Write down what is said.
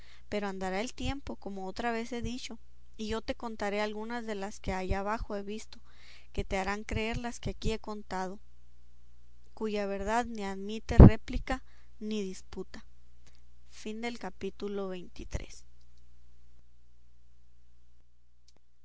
pero andará el tiempo como otra vez he dicho y yo te contaré algunas de las que allá abajo he visto que te harán creer las que aquí he contado cuya verdad ni admite réplica ni disputa capítulo